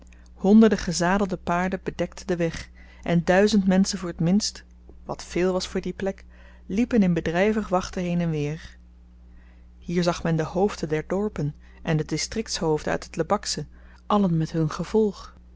honderden gezadelde paarden bedekten den weg en duizend menschen voor t minst wat veel was voor die plek liepen in bedryvig wachten heen-en-weer hier zag men de hoofden der dorpen en de distriktshoofden uit het lebaksche allen met hun gevolg